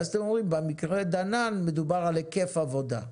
ואז אתם אומרים במקרה דנן מדובר על היקף עבודה.